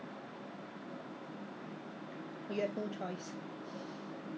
好像是 leh 好像是一个 kitchen 在那边我大概 open open style kitchen leh